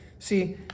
See